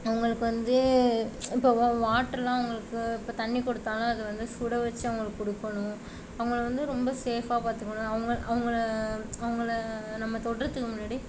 அவங்களுக்கு வந்து இப்போது வாட்டர்லாம் அவங்களுக்கு இப்போ தண்ணி கொடுத்தாலும் அதை வந்து சுட வச்சு அவங்களுக்கு கொடுக்கணும் அவங்கள வந்து ரொம்ப சேஃப்பாக பார்த்துக்கணும் அவங்கள அவங்கள நம்ம தொடறத்துக்கு முன்னாடி